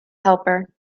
helper